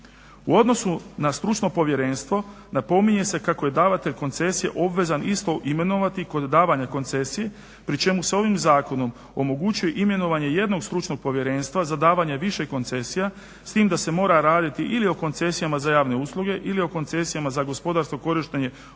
U odnosu na stručno povjerenstvo napominje se kako je davatelj koncesije obvezan isto imenovati kod davanja koncesije pri čemu se ovim zakonom omogućuje imenovanje jednog stručnog povjerenstva za davanje više koncesija s tim da se mora raditi ili o koncesijama za javne usluge ili o koncesijama za gospodarsko korištenje općeg